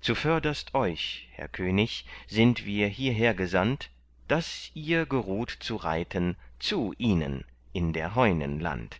zuvörderst euch herr könig sind wir hierher gesandt daß ihr geruht zu reiten zu ihnen in der heunen land